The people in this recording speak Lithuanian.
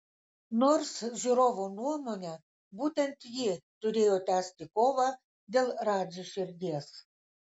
nors žiūrovų nuomone būtent ji turėjo tęsti kovą dėl radži širdies